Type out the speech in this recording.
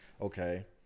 okay